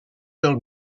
del